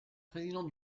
président